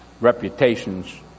reputations